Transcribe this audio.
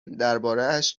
دربارهاش